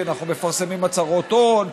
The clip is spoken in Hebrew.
מפרסמים הצהרות הון,